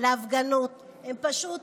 הם פשוט